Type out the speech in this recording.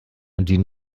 die